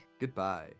Goodbye